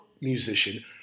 musician